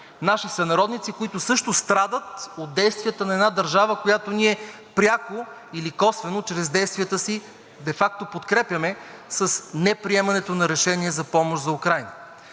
наши сънародници, които също страдат от действията на една държава, която ние пряко или косвено чрез действията си де факто подкрепяме – с неприемането на решение за помощ за Украйна.